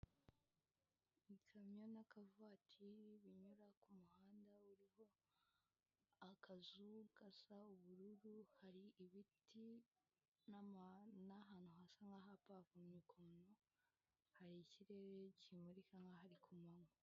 Ikamyo n'akavati binyura kumuhanda uririmo akazu gasa ubururu, hari ibiti n'ahantu hasa nkaho hapavomye, hari ikirere kimurika nkaho hari kumanwa.